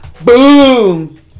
Boom